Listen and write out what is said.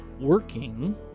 working